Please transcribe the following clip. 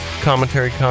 commentary